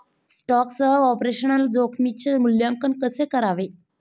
स्टॉकसह ऑपरेशनल जोखमीचे मूल्यांकन कसे करावे?